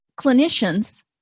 clinicians